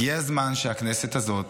הגיע הזמן שהכנסת הזאת